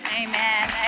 amen